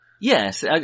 Yes